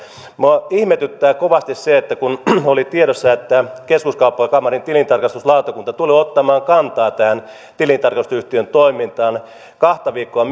minua ihmetyttää kovasti se että kun oli tiedossa että keskuskauppakamarin tilintarkastuslautakunta tulee ottamaan kantaa tähän tilintarkastusyhtiön toimintaan kahta viikkoa